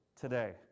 today